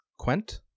Quent